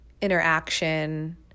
interaction